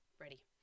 ready